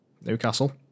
Newcastle